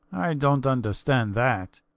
i dont understand that.